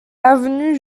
avenue